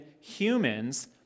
humans